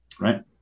right